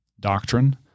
Doctrine